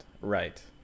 right